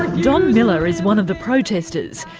don miller is one of the protestors.